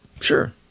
Sure